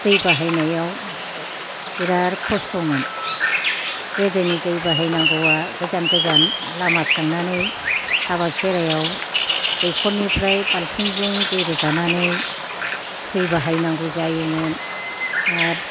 दै बाहायनायाव बिराद खस्थ'मोन गोदोनि दै बाहायनांगौवा गोजान गोजान लामा थांनानै हाबा खेराइआव दैख'रनिफ्राय बालथिंजों दै रोगानानै दै बाहायनांगौ जायोमोन आरो